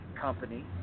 company